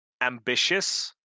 ambitious